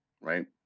Right